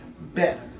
better